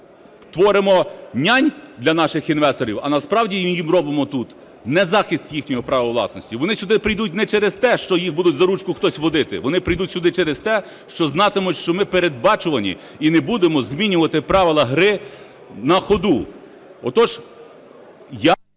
творимо "нянь" для наших інвесторів, а насправді ми їм робимо тут не захист їхнього права власності, вони сюди прийдуть не через те, що їх буде за ручку хтось водити, вони прийдуть сюди через те, що знатимуть, що ми передбачувані і не будемо змінювати правила гри на ходу.